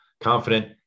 confident